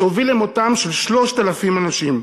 שהוביל למותם של 3,000 אנשים.